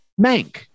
Mank